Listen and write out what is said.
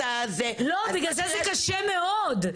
לא, בגלל זה זה קשה מאוד.